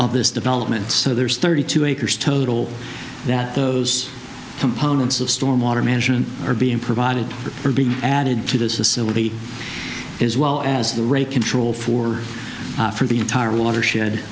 of this development so there's thirty two acres total that those components of storm water management are being provided are being added to this is so with the as well as the rate control for the entire watershed